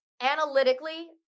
analytically